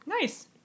Nice